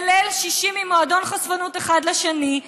בליל שישי ממועדון חשפנות אחד לשני,